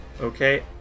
Okay